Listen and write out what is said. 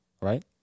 right